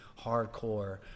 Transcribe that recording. hardcore